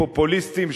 פופוליסטיים,